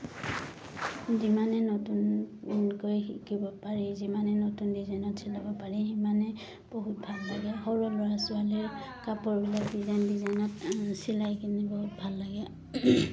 যিমানে নতুনকৈ শিকিব পাৰি যিমানে নতুন ডিজাইনত চিলাব পাৰি সিমানে বহুত ভাল লাগে সৰু ল'ৰা ছোৱালীৰ কাপোৰবিলাক ডিজাইন ডিজাইনত চিলাই কিনে বহুত ভাল লাগে